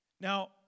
Now